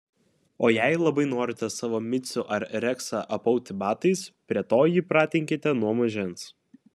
o jei labai norite savo micių ar reksą apauti batais prie to jį pratinkite nuo mažens